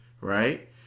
right